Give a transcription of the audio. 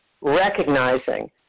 recognizing